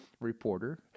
reporter